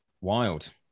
wild